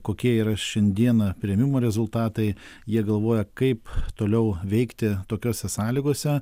kokie yra šiandieną priėmimų rezultatai jie galvoja kaip toliau veikti tokiose sąlygose